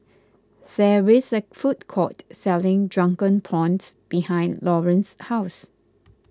there is a food court selling Drunken Prawns behind Lawrance's house